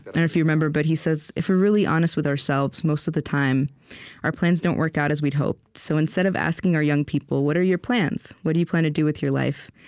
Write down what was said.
but and if you remember, but he says, if we're really honest with ourselves, most of the time our plans don't work out as we'd hoped. so instead of asking our young people, what are your plans? what do you plan to do with your life?